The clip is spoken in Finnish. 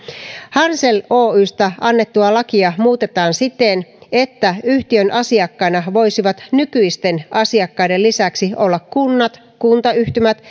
hansel oystä annettua lakia muutetaan siten että yhtiön asiakkaina voisivat nykyisten asiakkaiden lisäksi olla kunnat kuntayhtymät